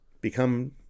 become